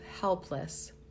helpless